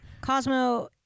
Cosmo